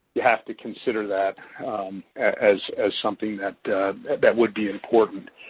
you have to consider that as as something that that would be important.